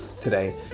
today